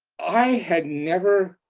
i had never